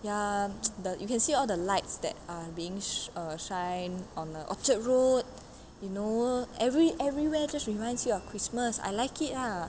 ya the you can see all the lights that are being sh~ uh shine on uh orchard road you know every~ everywhere just reminds you of christmas I like it ah